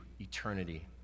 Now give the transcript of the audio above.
eternity